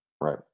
Right